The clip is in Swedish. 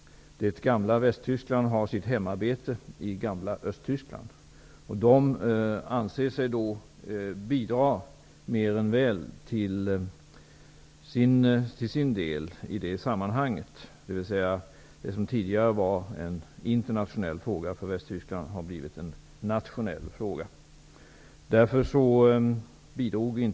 Det gamla Västtyskland har sitt hemarbete i gamla Östtyskland. I Tyskland anser man att man i det här sammanhanget mer än väl bidrar med sin del, dvs. det som tidigare var en internationell fråga har nu blivit en nationell fråga.